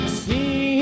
see